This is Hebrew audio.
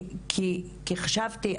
כי חשבתי,